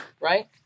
right